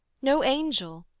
no angel,